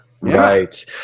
right